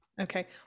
Okay